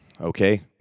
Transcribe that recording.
Okay